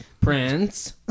Prince